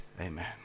Amen